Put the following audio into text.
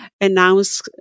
announce